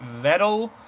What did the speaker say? Vettel